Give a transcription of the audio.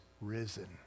risen